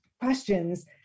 questions